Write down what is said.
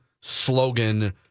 slogan